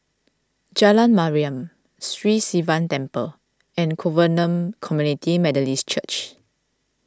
Jalan Mariam Sri Sivan Temple and Covenant Community Methodist Church